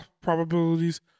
probabilities